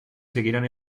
seguirán